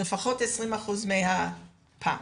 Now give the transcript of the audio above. לפחות 20% מהפעמים,